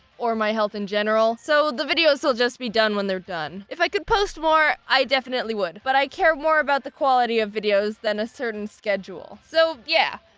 or my health in general. so the videos will just be done when they're done. if i could post more, i definitely would. but i care more about the quality of videos than a certain schedule, so yeah.